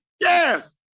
Yes